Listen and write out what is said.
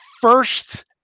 first